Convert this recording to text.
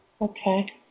okay